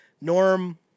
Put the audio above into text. Norm